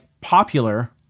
popular